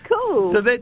cool